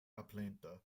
ablehnte